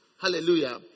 hallelujah